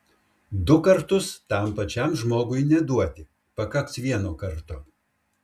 du kartus tam pačiam žmogui neduoti pakaks vieno karto